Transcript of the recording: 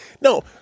No